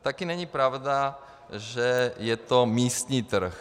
Také není pravda, že je to místní trh.